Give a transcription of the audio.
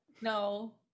No